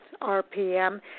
RPM